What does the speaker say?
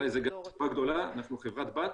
אנחנו חברת בת,